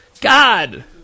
God